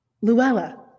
Luella